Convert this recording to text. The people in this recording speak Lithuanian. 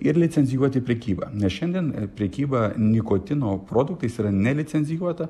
ir licencijuoti prekybą nes šiandien prekyba nikotino produktais yra nelicencijuota